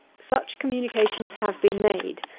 such communications have been made,